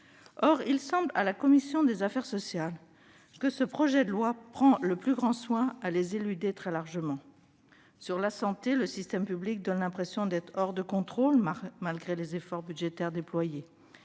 Or il semble à la commission des affaires sociales que ce projet de loi prend le plus grand soin à les éluder très largement. Sur la santé, le système public donne l'impression d'être hors de contrôle malgré les efforts budgétaires déployés.